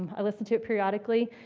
um i listen to it periodically.